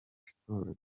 siporo